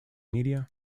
media